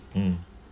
mm